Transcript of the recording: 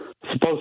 Supposed